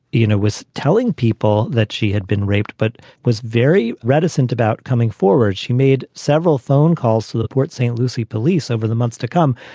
you know, was telling people that she had been raped, but was very reticent about coming forward. she made several phone calls to the port st. lucie. peace over the months to come,